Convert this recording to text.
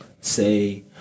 say